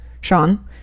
Sean